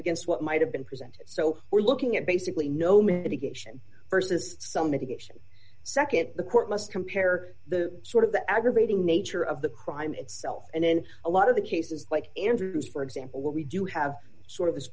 against what might have been presented so we're looking at basically no mitigation versus some medication nd the court must compare the sort of the aggravating nature of the crime itself and then a lot of the cases like andrew's for example what we do have sort of this